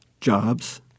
jobs